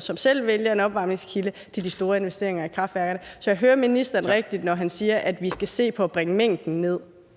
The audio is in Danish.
som selv vælger en opvarmningskilde, til de store investeringer i kraftværkerne. Så forstår jeg det rigtigt, når jeg hører ministeren sige, at vi skal se på at bringe mængden ned?